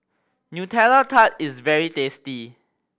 Nutella Tart is very tasty